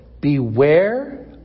Beware